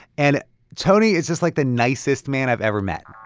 and tony is just, like, the nicest man i've ever met